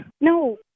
No